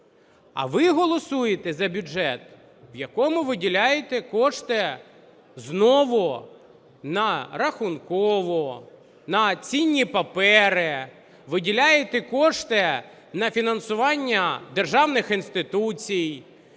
А ви голосуєте за бюджет, в якому виділяєте кошти знову на Рахункову, на цінні папери, виділяєте кошти на фінансування державних інституцій,